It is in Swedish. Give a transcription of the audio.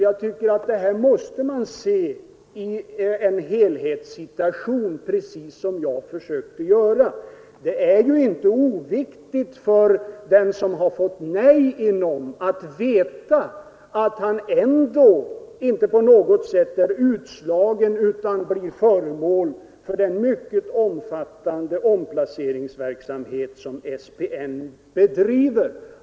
Jag tycker att man måste se detta i en helhetssituation, precis som jag försökte göra. Det är ju inte oviktigt för den som har fått nej av NOM att veta att han ändå inte på något sätt är utslagen utan blir föremål för den mycket omfattande omplaceringsverksamhet som SPN bedriver.